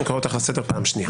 אני קורא אותך לסדר פעם שנייה.